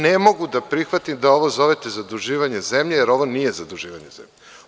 Ne mogu da prihvatim da ovo zovete zaduživanje zemlje, jer ovo nije zaduživanje zemlje.